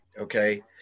okay